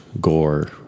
gore